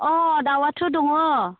अह दाउआथ' दङ